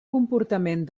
comportament